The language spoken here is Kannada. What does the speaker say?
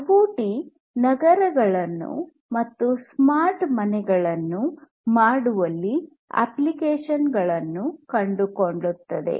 ಐಓಟಿ ನಗರಗಳನ್ನು ಮತ್ತು ಸ್ಮಾರ್ಟ್ ಮನೆಗಳನ್ನು ಮಾಡುವಲ್ಲಿ ಅಪ್ಲಿಕೇಶನ್ ಗಳನ್ನು ಕಂಡುಕೊಳ್ಳುತ್ತದೆ